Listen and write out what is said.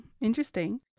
interesting